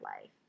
life